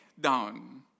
down